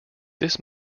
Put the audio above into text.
this